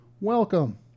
Welcome